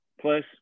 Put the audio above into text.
Plus